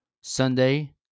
sunday